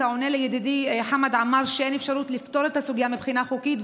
אתה עונה לידידי חמד עמאר שאין אפשרות לפתור את הסוגיה מבחינה חוקית,